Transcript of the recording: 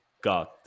God